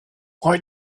why